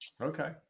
Okay